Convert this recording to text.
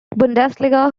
bundesliga